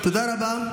תודה רבה.